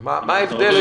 מה ההבדל?